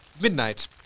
Midnight